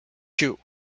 you